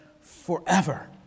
forever